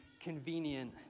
convenient